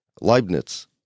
Leibniz